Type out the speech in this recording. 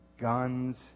guns